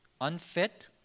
unfit